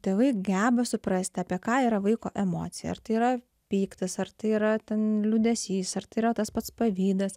tėvai geba suprasti apie ką yra vaiko emocija ar tai yra pyktis ar tai yra ten liūdesys ar tai yra tas pats pavydas